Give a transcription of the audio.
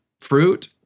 fruit